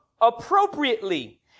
appropriately